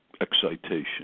excitation